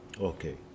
Okay